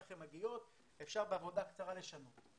איך הן מגיעות בעבודה קצרה אפשר לשנות.